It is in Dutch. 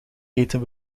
eten